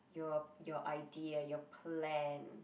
your your idea your plan